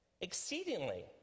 exceedingly